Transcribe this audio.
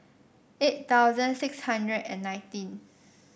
eight thousand six hundred and nineteen